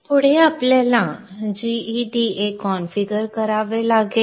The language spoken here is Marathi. पुढे आपल्याला gEDA कॉन्फिगर करावे लागेल